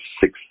six